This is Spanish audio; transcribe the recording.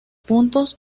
puntos